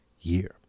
year